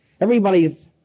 everybody's